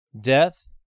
Death